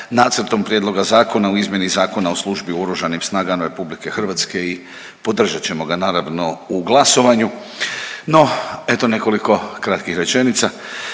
Nacrtom prijedloga zakona u izmjeni Zakona o službi u Oružanim snagama RH i podržat ćemo ga naravno u glasovanju. No eto nekoliko kratkih rečenica,